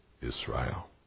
Israel